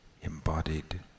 embodied